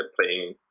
playing